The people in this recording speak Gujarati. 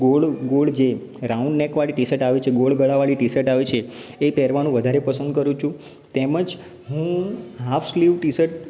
ગોળ ગોળ જે રાઉન્ડ નેકવાળી ટી શર્ટ આવે છે જે ગોળ ગળાવાળી ટી શર્ટ આવે છે એ પહેરવાનું વધારે પસંદ કરું છું તેમજ હું હાફ સ્લીવ ટી શર્ટ